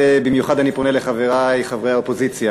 במיוחד אני פונה לחברי חברי האופוזיציה,